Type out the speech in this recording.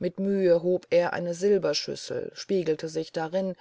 mit mühe hob er eine silberschüssel spiegelte sich darin